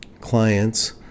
clients